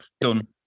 done